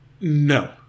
no